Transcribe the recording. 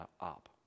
up